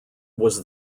was